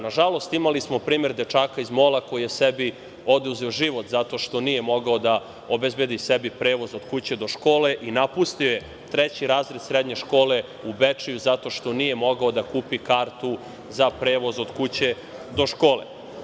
Nažalost, imali smo primer dečaka iz Mola, koji je sebi oduzeo život zato što nije mogao da obezbedi sebi prevoz od kuće do škole i napustio je treći razred srednje škole u Bečeju zato što nije mogao da kupi kartu za prevoz od kuće do škole.